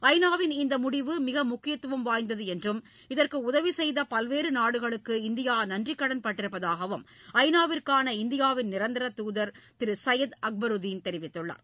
ஐ நா வின் இந்த முடிவு மிக முக்கியம் வாய்ந்தது என்றும் இதற்கு உதவி செய்த பல்வேறு நாடுகளுக்கு இந்தியா நன்றிக் கடன்பட்டிருப்பதாகவும் ஐ நா விற்கான இந்தியாவின் நிரந்தர துதர் திரு சையத் அக்பருதீன் தெரிவித்துள்ளார்